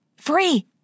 Free